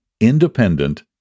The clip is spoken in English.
independent